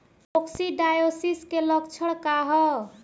Coccidiosis के लक्षण का ह?